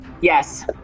Yes